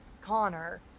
Connor